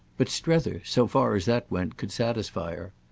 but strether, so far as that went, could satisfy her.